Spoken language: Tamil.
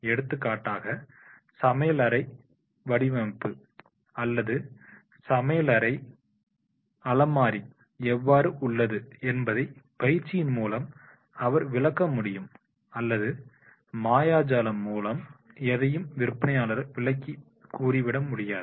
எடுத்துக்காட்டாக சமையலறை வடிவமைப்பு அல்லது சமயலரை அலமாரி எவ்வாறு உள்ளது என்பதை பயிற்சியின் மூலமே அவர் விளக்கமுடியும் அல்லது மாயாஜாலம் மூலம் எதையும் விற்பனையாளர் விளக்கிக் கூறிவிட முடியாது